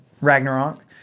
ragnarok